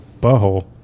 butthole